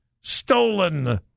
stolen